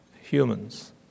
humans